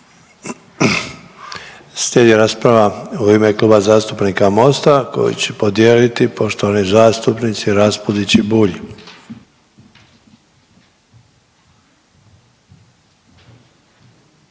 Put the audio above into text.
Slijedi rasprava u ime Kluba zastupnika Mosta koji će podijeliti poštovani zastupnici Raspudić i Bulj.